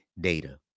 data